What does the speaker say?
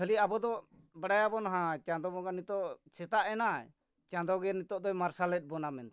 ᱠᱷᱟᱹᱞᱤ ᱟᱵᱚ ᱫᱚ ᱵᱟᱰᱟᱭᱟᱵᱚᱱ ᱦᱟᱸᱜ ᱪᱟᱸᱫᱚ ᱵᱚᱸᱜᱟ ᱱᱤᱛᱚᱜ ᱥᱮᱛᱟᱜ ᱮᱱᱟᱭ ᱪᱟᱸᱫᱚ ᱜᱮ ᱱᱤᱛᱚᱜ ᱫᱚᱭ ᱢᱟᱨᱥᱟᱞᱮᱫ ᱵᱚᱱᱟ ᱢᱮᱱᱛᱮ